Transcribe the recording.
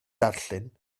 darllen